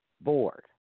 Board